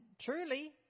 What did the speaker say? truly